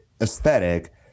aesthetic